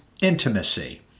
intimacy